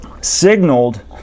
signaled